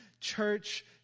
church